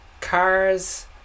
Cars